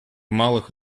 малых